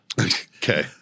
Okay